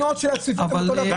אבל התמונות של הצפיפות זה אותו דבר.